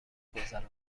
گذراند